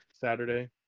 Saturday